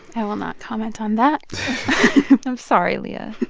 i will not comment on that i'm sorry, leah